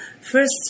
first